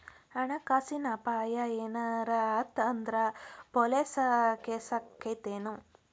ಹಣ ಕಾಸಿನ್ ಅಪಾಯಾ ಏನರ ಆತ್ ಅಂದ್ರ ಪೊಲೇಸ್ ಕೇಸಾಕ್ಕೇತೆನು?